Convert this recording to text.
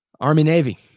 Army-Navy